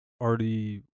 already